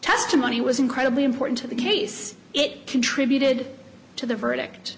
testimony was incredibly important to the case it contributed to the verdict